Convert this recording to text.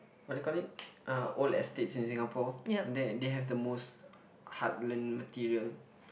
what do you call it uh old estates in Singapore they they have the most heartland material